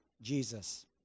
Jesus